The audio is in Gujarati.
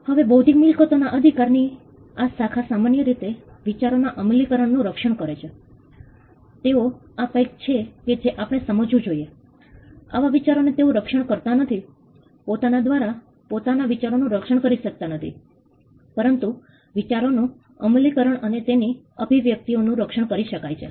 હવે બૌદ્ધિક મિલકતો ના અધિકાર ની આ શાખા સામાન્ય રીતે વિચારોના અમલીકરણ નું રક્ષણ કરે છે તેઓ આ કંઈક છે કે જે આપણે સમજવું જોઈએ આવા વિચારોને તેઓ રક્ષણ કરતા નથી પોતાના દ્વારા પોતાના વિચારોનું રક્ષણ કરી શકતા નથી પરંતુ વિચારોનું અમલીકરણ અને તેની અભીવ્યક્તીઓ નું રક્ષણ કરી શકાય છે